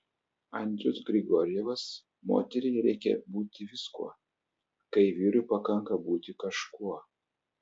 andrius grigorjevas moteriai reikia būti viskuo kai vyrui pakanka būti kažkuo